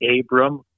Abram